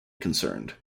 concerned